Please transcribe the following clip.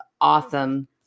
awesome